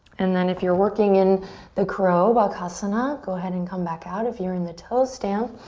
and then if you're working in the crow, bakasana, go ahead and come back out. if you're in the toe stand,